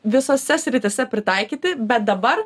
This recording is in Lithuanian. visose srityse pritaikyti bet dabar